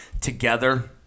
together